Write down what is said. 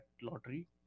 lottery